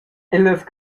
ellas